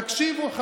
תקשיבו,